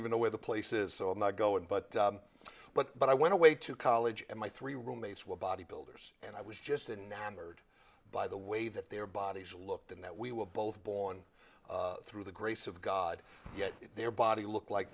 even know where the place is so i'm not going but but but i went away to college and my three roommates were body builders and i was just in nam heard by the way that their bodies looked and that we were both born through the grace of god yet their body looked like